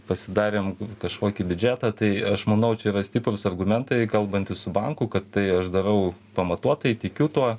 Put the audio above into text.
pasidarėm kažkokį biudžetą tai aš manau čia yra stiprūs argumentai kalbantis su banku kad tai aš darau pamatuotai tikiu tuo